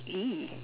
!ee!